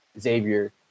Xavier